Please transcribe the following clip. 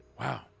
Wow